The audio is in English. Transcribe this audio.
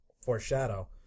foreshadow